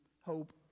Hope